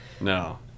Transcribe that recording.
No